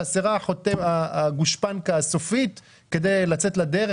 חסרה הגושפנקא הסופית כדי לצאת לדרך.